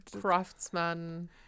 craftsman